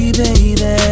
baby